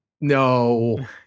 No